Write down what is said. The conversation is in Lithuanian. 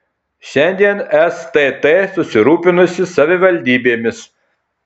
šiandien stt susirūpinusi savivaldybėmis